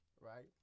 right